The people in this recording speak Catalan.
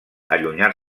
allunyar